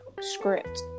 script